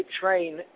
train